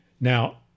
Now